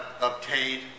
obtained